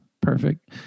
Perfect